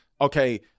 okay